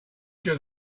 que